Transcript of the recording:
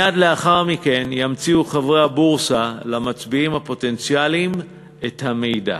מייד לאחר מכן ימציאו חברי הבורסה למצביעים הפוטנציאליים את המידע,